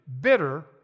bitter